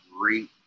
great